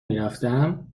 میرفتم